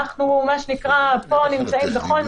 אנחנו נמצאים פה בכל מקרה.